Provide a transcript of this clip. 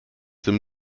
dem